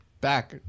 back